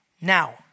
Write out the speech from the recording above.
Now